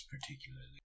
particularly